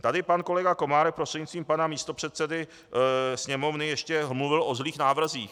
Tady pan kolega Komárek, prostřednictvím pana místopředsedy Sněmovny, ještě mluvil o zlých návrzích.